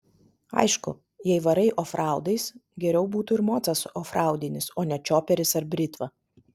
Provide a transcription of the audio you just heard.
aišku jei varai ofraudais geriau būtų ir mocas ofraudinis o ne čioperis ar britva